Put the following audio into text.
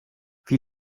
wie